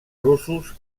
russos